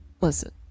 Listen